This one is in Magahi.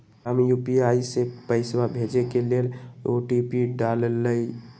राम यू.पी.आई से पइसा भेजे के लेल ओ.टी.पी डाललई